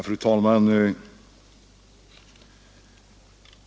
Fru talman!